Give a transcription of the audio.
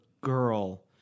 girl